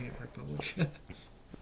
Republicans